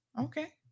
okay